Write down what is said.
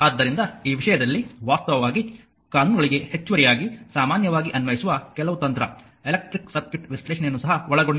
ಆದ್ದರಿಂದ ಈ ವಿಷಯದಲ್ಲಿ ವಾಸ್ತವವಾಗಿ ಕಾನೂನುಗಳಿಗೆ ಹೆಚ್ಚುವರಿಯಾಗಿ ಸಾಮಾನ್ಯವಾಗಿ ಅನ್ವಯಿಸುವ ಕೆಲವು ತಂತ್ರ ಎಲೆಕ್ಟ್ರಿಕ್ ಸರ್ಕ್ಯೂಟ್ ವಿಶ್ಲೇಷಣೆಯನ್ನು ಸಹ ಒಳಗೊಂಡಿರುತ್ತದೆ